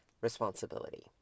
Responsibility